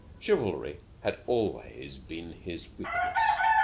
chivalry had always been his weakness.